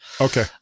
okay